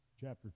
chapter